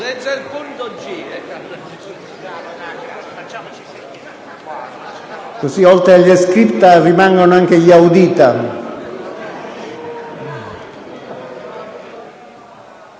Cosı` oltre agli scripta rimangono anche gli audita.